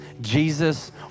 Jesus